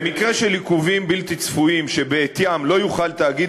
במקרה של עיכובים בלתי צפויים שבעטיים לא יוכל תאגיד